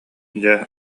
дьэ